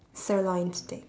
sirloin steak